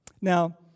Now